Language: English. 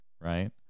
right